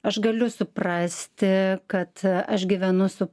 aš galiu suprasti kad aš gyvenu su